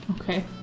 Okay